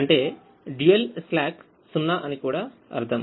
అంటే dual slack 0 అని కూడా అర్థం